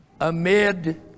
amid